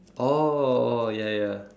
oh oh ya ya